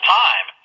time